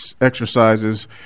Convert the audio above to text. exercises